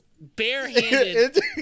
barehanded